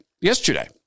yesterday